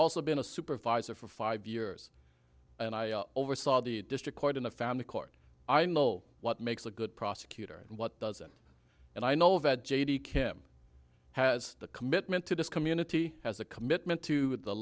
also been a supervisor for five years and i oversaw the district court in a family court i know what makes a good prosecutor and what doesn't and i know that j d kim has the commitment to this community as a commitment to the